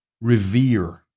revere